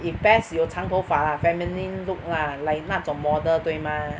if best 长头发 lah feminine look lah like 那种 model 对 mah